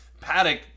Paddock